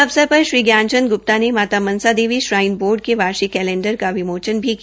इस अवसर पर श्री ज्ञानचंद ग्र्प्ता ने माता मनसा देवी श्राईन बोर्ड के वार्षिक कैलेंडर का विमोचन भी किया